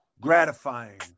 gratifying